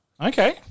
Okay